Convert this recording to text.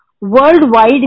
worldwide